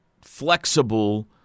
flexible